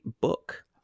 book